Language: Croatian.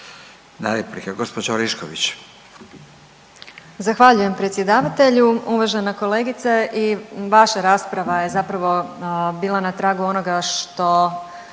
lijepa. Gospođa Orešković.